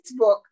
facebook